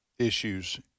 issues